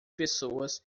pessoas